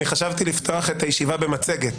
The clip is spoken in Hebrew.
חשבתי לפתוח את הישיבה במצגת,